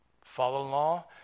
father-in-law